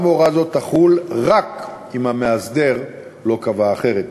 גם הוראה זו תחול רק אם המאסדר לא קבע אחרת.